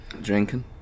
Drinking